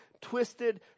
twisted